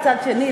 מצד שני,